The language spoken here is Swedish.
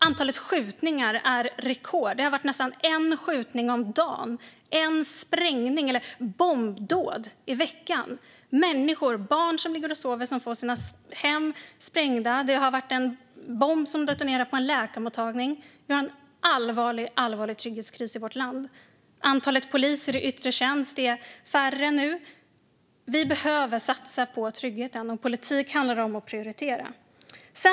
Antalet skjutningar är rekordhögt. Det har varit nästan en skjutning om dagen och en sprängning eller ett bombdåd i veckan. Barn som ligger och sover får sina hem sprängda. En bomb har detonerat på en läkarmottagning. Vi har en allvarlig trygghetskris i vårt land. Antalet poliser i yttre tjänst är dessutom mindre nu. Vi behöver satsa på tryggheten, och politik handlar om att prioritera.